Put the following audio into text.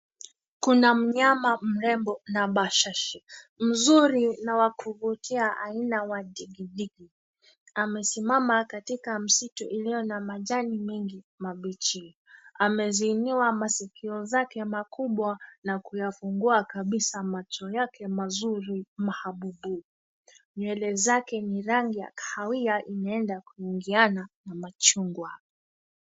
Kuna mnyama mrembo na bashashi. Mzuri na wa kuvutia aina wa digidigi. Amesimama katikaki msitu ilio na majani mengi mabichi. Ameziinua masikio yake makubwa na kuyafungua kabisa macho yake mazuri mahabubu. Nywele zake ni rangi ya kahawia inaenda kuingiana na machungwa.